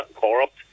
corrupt